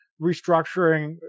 restructuring